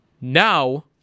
Now